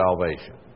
salvation